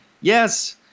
Yes